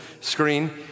screen